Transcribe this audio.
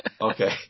Okay